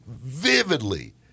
vividly